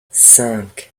cinq